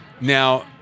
Now